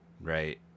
right